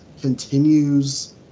continues